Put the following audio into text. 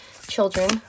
children